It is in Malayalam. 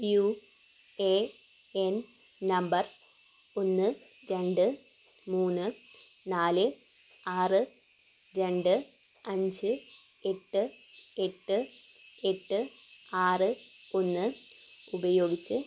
യു എ എൻ നമ്പർ ഒന്ന് രണ്ട് മൂന്ന് നാല് ആറ് രണ്ട് അഞ്ച് എട്ട് എട്ട് എട്ട് ആറ് ഒന്ന് ഉപയോഗിച്ച്